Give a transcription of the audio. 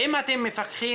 האם אתם מפקחים,